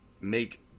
make